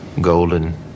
golden